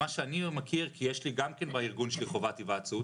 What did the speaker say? מה שאני מכיר כי יש לי גם כן בארגון שלי חובת היוועצות,